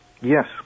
Yes